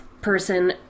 person